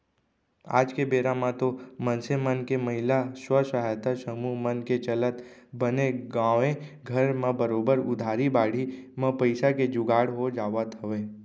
आज के बेरा म तो मनसे मन के महिला स्व सहायता समूह मन के चलत बने गाँवे घर म बरोबर उधारी बाड़ही म पइसा के जुगाड़ हो जावत हवय